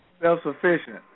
Self-sufficient